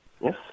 Yes